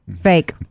Fake